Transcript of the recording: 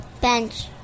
Bench